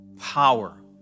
power